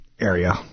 area